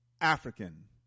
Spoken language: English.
African